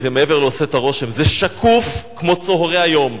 זה מעבר ל"עושה את הרושם"; זה שקוף כמו צהרי היום.